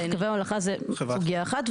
קווי הולכה זאת סוגיה אחת,